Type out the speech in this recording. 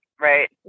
right